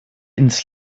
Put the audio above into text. ins